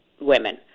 women